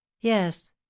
Yes